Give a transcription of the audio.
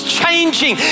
changing